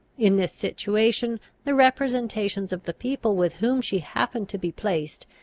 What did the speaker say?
in this situation the representations of the people with whom she happened to be placed,